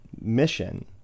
mission